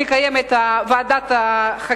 לפקודת העיריות, לקיים את ועדת החקירה,